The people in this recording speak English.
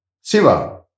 Siva